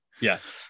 Yes